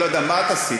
אני לא יודע מה את עשית,